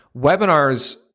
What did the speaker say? webinars